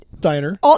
Diner